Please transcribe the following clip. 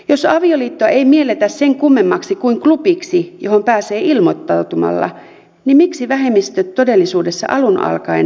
jos avioliittoa ei mielletä sen kummemmaksi kuin klubiksi johon pääsee ilmoittautumalla niin miksi vähemmistöt todellisuudessa alun alkaen alkoivat ajaa muutosta